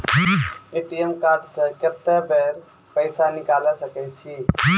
ATM card से कत्तेक बेर पैसा निकाल सके छी?